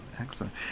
excellent